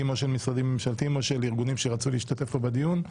משרדים או ארגונים שביקשו להשתתף בדיון.